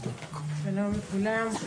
שלום לכולם,